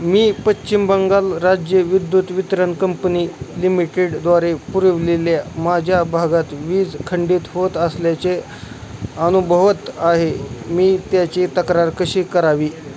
मी पश्चिम बंगाल राज्य विद्युत वितरण कंपनी लिमिटेडद्वारे पुरवलेल्या माझ्या भागात वीज खंडित होत असल्याचे अनुभवत आहे मी त्याची तक्रार कशी करावी